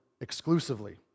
exclusively